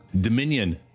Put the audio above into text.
Dominion